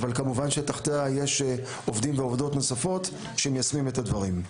אבל כמובן שתחתיה יש עובדים ועובדות נוספות שמיישמים את הדברים.